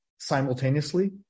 Simultaneously